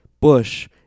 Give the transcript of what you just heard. bush